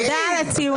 תודה על הציונים.